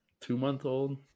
Two-month-old